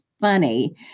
funny